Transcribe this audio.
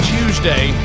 Tuesday